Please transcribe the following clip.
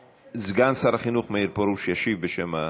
סגן שר החינוך מאיר פרוש ישיב בשם הממשלה.